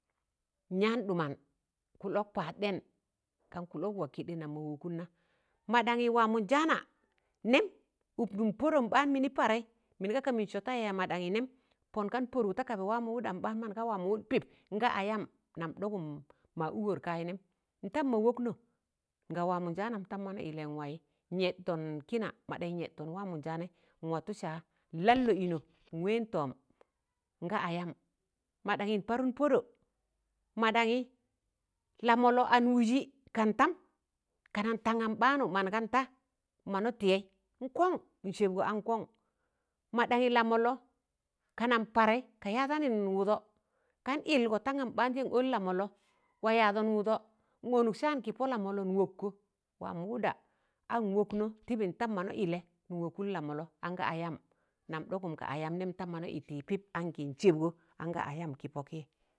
Nyaan ɗụman kụlọk paad ɗẹn kan kụlọk wakẹḍẹ nam ma mọkụnna madangị waamọn jaana nẹm ụk nụm pọdọm ɓaan mịnị parẹị mịn ga kamịn sọ ta yaya madangị nẹm pọn kan pọdụk takaba waamọ wụdam ɓaan mọnga waamụ wụd pịp nga ayam nam ɗọgụm ma wụgọr kayị nẹm ntam ma wọknọ nga waamọn jaanam tam mọna yịlẹ nwaịị n yẹttọn kịna maɗaṇyị, n yẹttọn waamọn jaanaị n watụ saa nLal Lọ ịnọ ị wẹẹn tọọm nga ayam, maɗaṇyị n parụn pọdọ maɗaṇyị Lamọlnọ an ụjị kantam kanan tangam ɓaanụ manganta mọna tịyẹ nkọṇ nsẹbgọ an kọṇ maɗaṇyị, Lamọllọ kananṇ parẹị ka yadanịn wụdọ kan yịLgọ tangam ɓaanjẹ n ọn Lamọllọ, wa yaadọn wụdọ n ọnụk saan kịpọ Lamọllọ n wọkkọ waamọ wụụda an wọknọ tịbị ntam mọna yịlẹ n wọkụn Lamọllọ anga ayam nam ɗọgụm ga ayam nẹm tam mọna ị tịị pịp ankị nsẹbgọ anga ayam kị pọkị